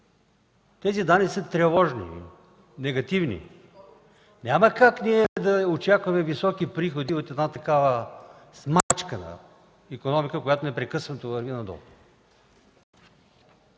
Те са тревожни, негативни. Няма как да очакваме високи приходи от такава смачкана икономика, която непрекъснато върви надолу.